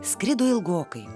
skrido ilgokai